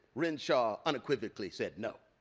renshaw unequivocally said, no.